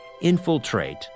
infiltrate